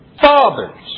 fathers